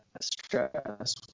stress